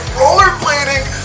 rollerblading